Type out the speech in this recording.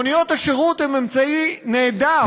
מוניות השירות הן אמצעי נהדר,